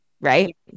right